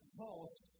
false